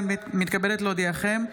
אני מתכבדת להודיעכם,